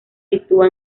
sitúa